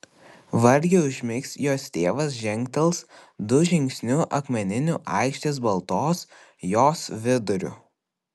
vargiai užmigs jos tėvas žengtels du žingsniu akmeniniu aikštės baltos jos viduriu